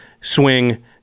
swing